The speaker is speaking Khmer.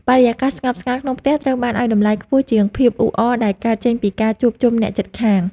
បរិយាកាសស្ងប់ស្ងាត់ក្នុងផ្ទះត្រូវបានឱ្យតម្លៃខ្ពស់ជាងភាពអ៊ូអរដែលកើតចេញពីការជួបជុំអ្នកជិតខាង។